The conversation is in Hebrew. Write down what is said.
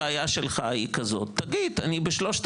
חלק משלקחו ברביעי לקחו גם בשלישי.